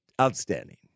outstanding